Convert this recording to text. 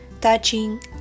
touching